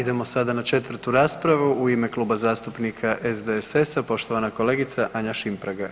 Idemo sada na 4. raspravu u ime Kluba zastupnika SDSS-a poštovana kolegica Anja Šimpraga.